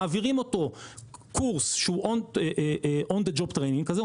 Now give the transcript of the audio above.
מעבירים אותו קורס שהוא on the job training כזה,